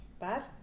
bad